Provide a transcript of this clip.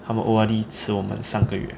他们 O_R_D 迟我们三个月